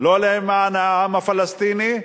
למען העם הפלסטיני,